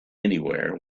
anywhere